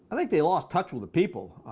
like they lost touch with the people.